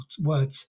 words